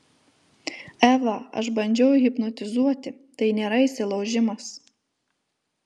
eva aš bandžiau hipnotizuoti tai nėra įsilaužimas